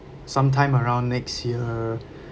sometime around next year